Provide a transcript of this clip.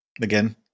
again